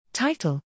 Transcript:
Title